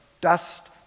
Dust